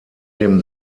dem